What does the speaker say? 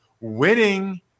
Winning